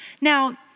Now